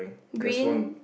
green